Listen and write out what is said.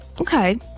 okay